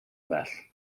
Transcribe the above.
bell